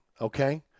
okay